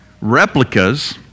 replicas